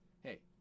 Hey